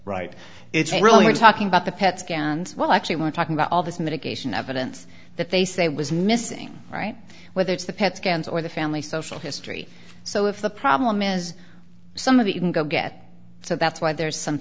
right it's really we're talking about the pet scans well actually we're talking about all this mitigation evidence that they say was missing right whether it's the pet scans or the family social history so if the problem is some of it you can go get so that's why there's some